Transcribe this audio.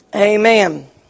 amen